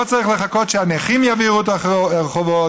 לא צריך לחכות שהנכים יבעירו את הרחובות,